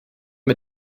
mit